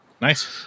Nice